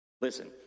Listen